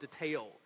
detail